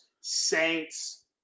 Saints